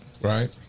Right